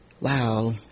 wow